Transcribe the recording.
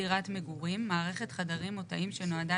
"דירת מגורים" מערכת חדרים או תאים שנועדה